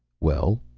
well?